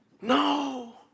No